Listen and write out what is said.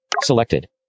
Selected